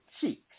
Cheeks